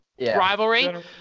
rivalry